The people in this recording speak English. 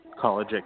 college